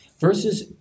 Verses